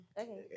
Okay